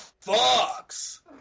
Fox